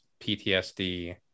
PTSD